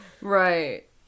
Right